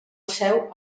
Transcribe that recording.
seu